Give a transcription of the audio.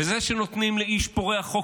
וזה שנותנים לאיש פורע חוק,